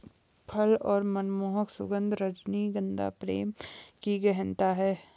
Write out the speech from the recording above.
फल और मनमोहक सुगन्ध, रजनीगंधा प्रेम की गहनता है